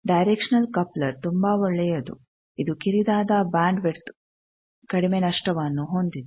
directional coupler ತುಂಬಾ ಒಳ್ಳೆಯದು ಇದು ಕಿರಿದಾದ ಬಾಂಡ್ವಿಡ್ತ್ ಕಡಿಮೆ ನಷ್ಟವನ್ನು ಹೊಂದಿದೆ